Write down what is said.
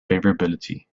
favorability